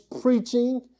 preaching